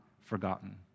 forgotten